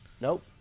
Nope